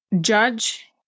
judge